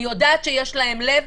אני יודעת שיש להם לב,